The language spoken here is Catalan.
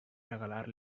regalar